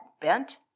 bent